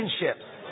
relationships